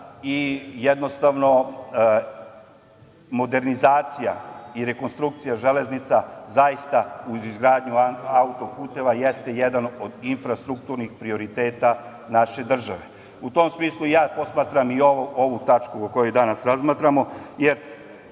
i jednostavno modernizacija i rekonstrukcija železnica zaista, uz izgradnju auto-puteva, jeste jedan od infrastrukturnih prioriteta naše države.U tom smislu ja posmatram i ovu tačku o kojoj danas razmatramo,